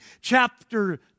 chapter